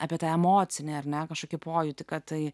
apie tą emocinę ar ne kažkokį pojūtį kad tai